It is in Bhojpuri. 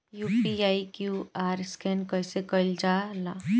यू.पी.आई क्यू.आर स्कैन कइसे कईल जा ला?